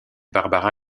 barbara